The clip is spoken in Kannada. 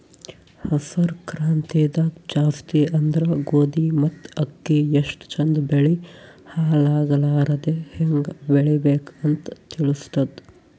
ಹಸ್ರ್ ಕ್ರಾಂತಿದಾಗ್ ಜಾಸ್ತಿ ಅಂದ್ರ ಗೋಧಿ ಮತ್ತ್ ಅಕ್ಕಿ ಎಷ್ಟ್ ಚಂದ್ ಬೆಳಿ ಹಾಳಾಗಲಾರದೆ ಹೆಂಗ್ ಬೆಳಿಬೇಕ್ ಅಂತ್ ತಿಳಸ್ತದ್